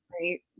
Right